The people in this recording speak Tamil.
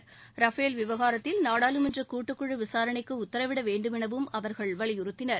ர்ஃபேல் விவகாரத்தில் நாடாளுமன்ற கூட்டுக்குழு விசாரணைக்கு உத்தரவிட வேண்டுமெனவும் அவர்கள் வலியுறுத்தினர்